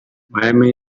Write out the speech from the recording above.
miami